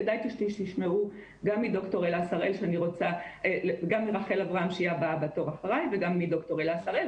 כדאי שתשמעו גם מרחל אברהם שהיא הבאה בתור אחריי וגם מד"ר אלה שראל,